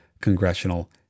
congressional